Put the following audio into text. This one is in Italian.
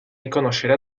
riconoscere